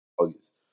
august